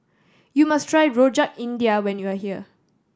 you must try Rojak India when you are here